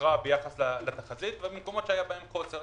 יתרה ביחס לתחזית ומקומות שהיה בהם חוסר.